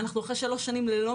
אנחנו אחרי שלוש שנים ללא